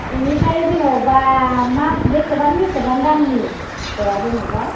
बेनिफ्राय जेनेबा मा बेसेबां बेसेबां दामनि फिथाइआ जेनेबा